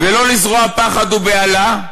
ולא לזרוע פחד ובהלה.